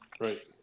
Right